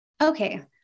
Okay